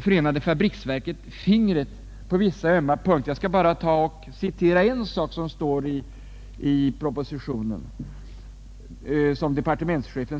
Förenade fabriksverken fingret på vissa ömma punkter. Jag skall bara citera ett uttalande som i propositionen görs av departementschefen.